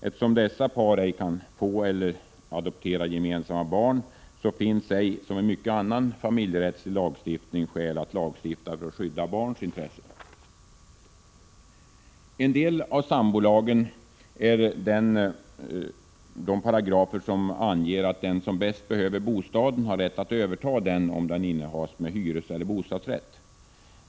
Eftersom dessa par ej kan få eller adoptera gemensamma barn finns ej somi mycken annan familjerättslig lagstiftning — skäl att lagstifta för att skydda barns intressen. En del av sambolagen är de paragrafer som anger att den som bäst behöver bostaden har rätt att överta den om den innehas med hyreseller bostadsrätt.